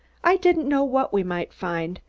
i didn't know what we might find.